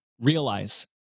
realize